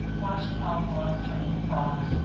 watched pollywogs turn into frogs,